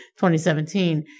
2017